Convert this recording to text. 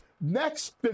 next